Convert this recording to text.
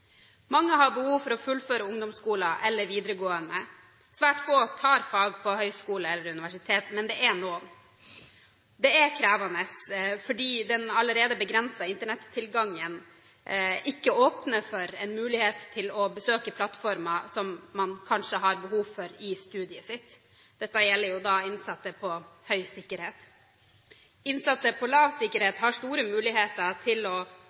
Mange har behov for å fullføre ungdomsskolen eller videregående skole. Svært få tar fag på høyskoler eller universitet, men det er noen. Det er krevende, fordi den allerede begrensede Internett-tilgangen ikke åpner for en mulighet til å besøke plattformer som man kanskje har behov for i studiet sitt. Dette gjelder innsatte på høy sikkerhet. Innsatte på lav sikkerhet har store muligheter til både å